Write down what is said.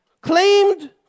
claimed